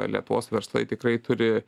lietuvos verslai tikrai turi